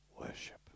worship